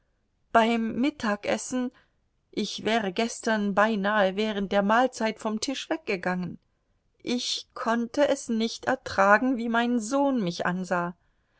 beim mittagessen ich wäre gestern beinahe während der mahlzeit vom tisch weggegangen ich konnte es nicht ertragen wie mein sohn mich ansah